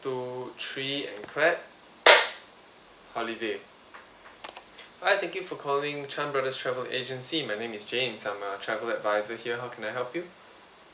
two three and clap holiday hi thank you for calling chan brothers travel agency my name is james I'm a travel advisor here how can I help you